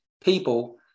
people